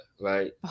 right